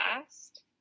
last